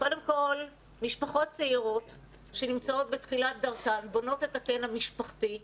קודם כל משפחות צעירות שנמצאות בתחילת דרכן בונות את הקן המשפחתי,